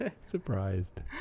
surprised